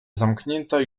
zamknięte